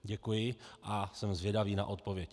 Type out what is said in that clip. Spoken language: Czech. Děkuji a jsem zvědavý na odpověď.